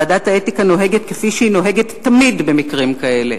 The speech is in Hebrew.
ועדת האתיקה נוהגת כפי שהיא נוהגת תמיד במקרים כאלה.